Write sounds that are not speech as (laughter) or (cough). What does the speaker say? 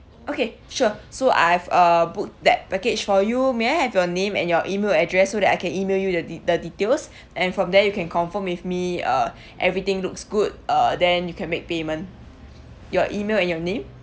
okay sure so I have uh booked that package for you may I have your name and your email address so that I can email you the de~ the details (breath) and from there you can confirm with me uh (breath) everything looks good uh then you can make payment your email and your name